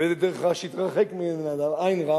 ואיזוהי דרך רעה, שיתרחק מעין רעה.